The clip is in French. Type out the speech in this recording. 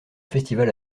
festival